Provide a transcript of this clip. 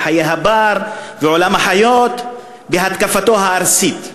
חיי הבר והחיות בהתקפתו הארסית.